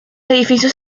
edificios